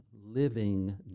living